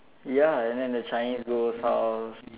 ya and then the Chinese ghost house